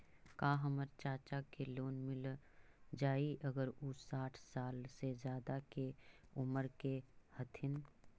का हमर चाचा के लोन मिल जाई अगर उ साठ साल से ज्यादा के उमर के हथी?